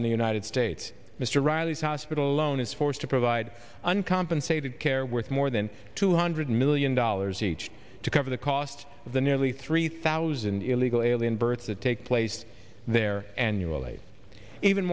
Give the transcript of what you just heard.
in the united states mr riley's hospital alone is forced to provide uncompensated care worth more than two hundred million dollars each to cover the costs of the nearly three thousand illegal alien births that take place there annually even